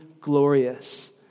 glorious